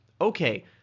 Okay